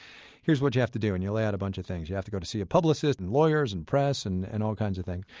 here's what you have to do. and you lay out a bunch of things you have to go see a publicist and lawyers and press and and all kinds of things.